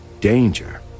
Danger